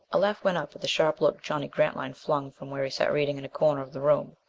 a laugh went up at the sharp look johnny grantline flung from where he sat reading in a corner of the room.